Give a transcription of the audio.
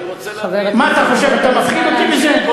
מה אתה חושב, אתה מפחיד אותי בזה?